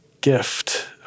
gift